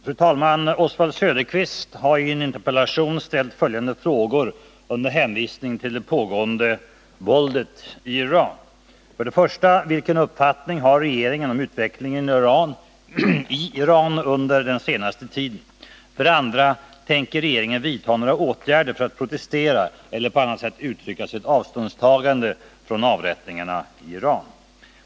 Fru talman! Oswald Söderqvist har i en interpellation ställt följande frågor under hänvisning till det pågående våldet i Iran. 1. Vilken uppfattning har regeringen om utvecklingen i Iran under den senaste tiden? 2. Tänker regeringen vidta några åtgärder för att protestera eller på annat sätt uttrycka sitt avståndstagande från avrättningarna i Iran?